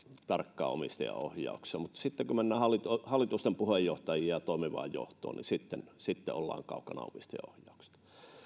tarkkaan omistajaohjauksessa mutta sitten kun mennään hallitusten hallitusten puheenjohtajiin ja toimivaan johtoon ollaan kaukana omistajaohjauksesta